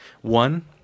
One